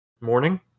Morning